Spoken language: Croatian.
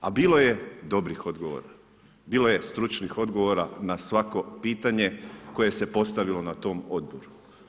A bilo je dobrih odgovora, bilo je stručnih odgovora na svako pitanje, koje se je postavilo na tom odboru.